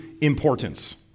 importance